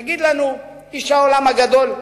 יגיד לנו איש העולם הגדול,